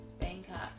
Bangkok